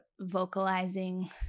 vocalizing